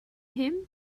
him